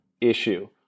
issue